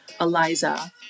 Eliza